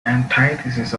antithesis